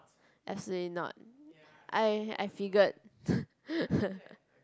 as in not I I figured